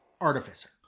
Artificer